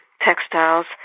textiles